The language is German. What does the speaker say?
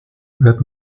wird